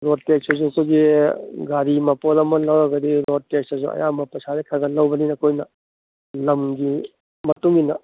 road ꯇꯦꯛꯁꯇꯁꯨ ꯁꯤꯒꯤ ꯒꯥꯔꯤ ꯃꯄꯣꯠ ꯑꯃ ꯂꯧꯔꯒꯗꯤ ꯔꯣꯠ ꯇꯦꯛꯁꯇꯁꯨ ꯑꯌꯥꯝꯕ ꯄꯩꯁꯥꯁꯦ ꯈꯔ ꯈꯔ ꯂꯧꯕꯅꯤꯅ ꯑꯩꯈꯣꯏꯅ ꯂꯝꯒꯤ ꯃꯇꯨꯡꯏꯟꯅ